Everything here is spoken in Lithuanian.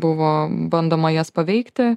buvo bandoma jas paveikti